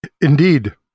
Indeed